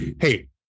hey